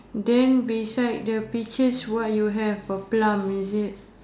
then beside the pictures what you have a plum is it